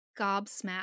gobsmacked